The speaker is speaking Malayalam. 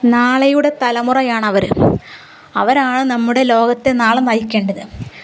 നാളെയുടെ തലമുറയാണ് അവർ അവരാണ് നമ്മുടെ ലോകത്തെ നാളെ നയിക്കേണ്ടത്